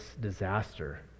disaster